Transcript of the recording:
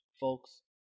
Folks